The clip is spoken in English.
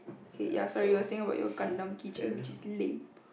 okay ya sorry you were saying about your Gundam enchain which is lame